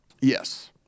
Yes